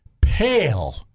pale